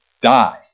die